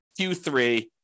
Q3